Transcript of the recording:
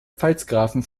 pfalzgrafen